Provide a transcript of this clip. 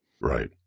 Right